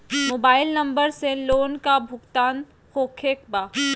Mobile number से loan का भुगतान होखे बा?